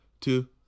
two